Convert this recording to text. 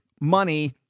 money